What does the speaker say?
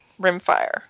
rimfire